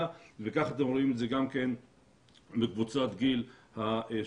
וכך אתם רואים את זה בקבוצות הגיל השונות.